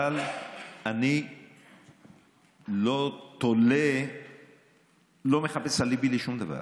אבל אני לא מחפש אליבי לשום דבר.